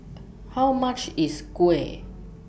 How much IS Kuih